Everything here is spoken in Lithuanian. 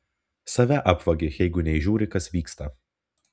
save apvagi jeigu neįžiūri kas vyksta